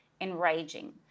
enraging